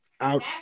out